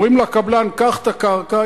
אומרים לקבלן: קח את הקרקע,